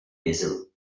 basil